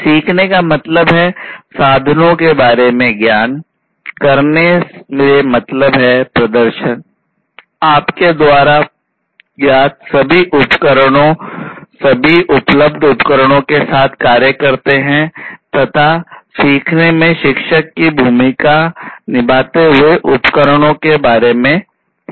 सीखने का मतलब स्पष्ट है साधनों के बारे में ज्ञान करने से मतलब है प्रदर्शन आपके द्वारा ज्ञात सभी उपकरण सभी उपलब्ध उपकरणों के साथ कार्य करते हैं तथा सिखाने में एक शिक्षक की भूमिका निभाते हुए उपकरणों के बारे में सिखाना